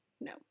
No